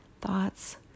thoughts